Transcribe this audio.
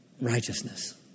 Righteousness